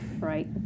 right